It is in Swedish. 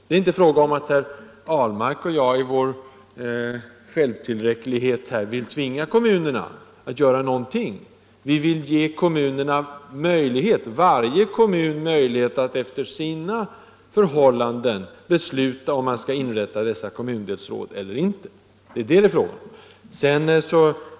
Det är inte fråga om att herr Ahlmark och jag i vår självtillräcklighet här vill tvinga kommunerna att göra någonting. Vi vill ge varje kommun möjlighet att efter sina förhållanden besluta om man skall inrätta dessa kommundelsråd eller inte. Det är detta det är fråga om.